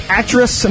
actress